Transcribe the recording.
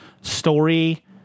story